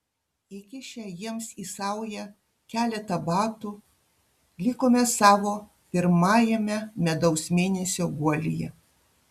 įkišę jiems į saują keletą batų likome savo pirmajame medaus mėnesio guolyje